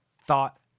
thought